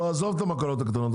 לא, עזוב את המכולות הקטנות.